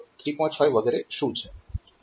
5 વગેરે શું છે